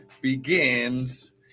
begins